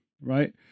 right